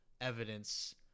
evidence